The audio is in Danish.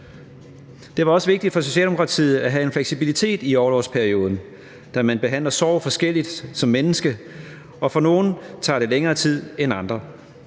Det var også vigtigt for Socialdemokratiet at have en fleksibilitet i orlovsperioden, da man behandler sorg forskelligt som menneske, og for nogle tager det længere tid end for andre.